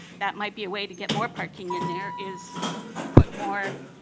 that might be a way to get more parking in there is put more,